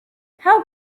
how